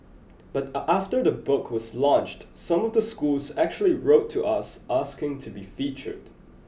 but after the book was launched some of the schools actually wrote to us asking to be featured